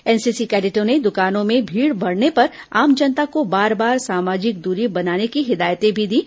NCC कैडेटों ने दुकानों में भीड़ बढ़ने पर आम जनता को बार बार सामाजिक दूरी बनाने की हिदायतें भी दीं